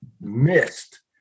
missed